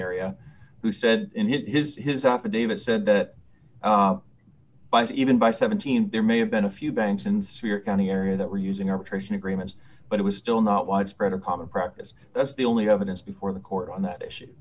area who said in his his affidavit said that even by seventeen there may have been a few banks in severe county area that were using arbitration agreements but it was still not widespread a common practice that's the only evidence before the court on that issue